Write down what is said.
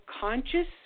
conscious